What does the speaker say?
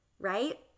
right